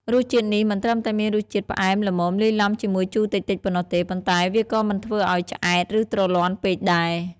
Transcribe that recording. រសជាតិនេះមិនត្រឹមតែមានរសជាតិផ្អែមល្មមលាយឡំជាមួយជូរតិចៗប៉ុណ្ណោះទេ ប៉ុន្តែវាក៏មិនធ្វើឲ្យឆ្អែត ឬទ្រលាន់ពេកដែរ។